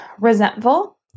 resentful